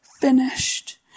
finished